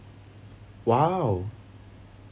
!wow!